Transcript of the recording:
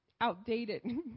outdated